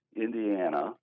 Indiana